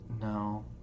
No